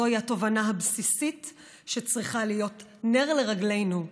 זוהי התובנה הבסיסית שצריכה להיות נר לרגלינו,